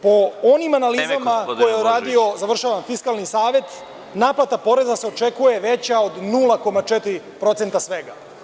Po onim analizama koje je radio Fiskalni savet, naplata poreza se očekuje veća od 0,4% svega.